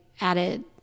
added